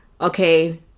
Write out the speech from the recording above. okay